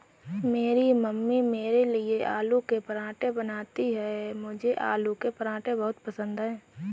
मेरी मम्मी मेरे लिए आलू के पराठे बनाती हैं मुझे आलू के पराठे बहुत पसंद है